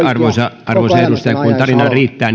arvoisa edustaja kun tarinaa riittää